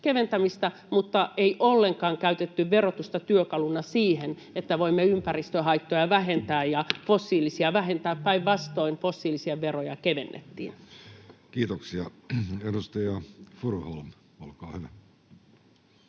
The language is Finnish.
mutta ei ollenkaan käytetty verotusta työkaluna siihen, että voimme ympäristöhaittoja vähentää ja fossiilisia vähentää — päinvastoin fossiilisia veroja kevennettiin. [Speech 55] Speaker: Jussi Halla-aho